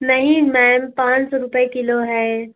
नहीं मैम पाँच सौ रुपए किलो है